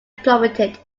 plummeted